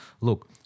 Look